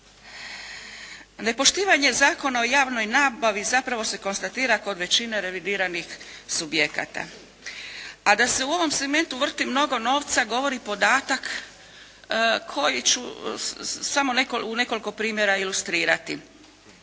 Nepoštivanje Zakona o javnoj nabavi zapravo se konstatira kod većine revidiranih subjekata. A da se u ovom segmentu vrti mnogo novca govori podatak koji ću samo u nekoliko primjera ilustrirati.